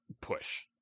push